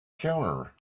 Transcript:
counter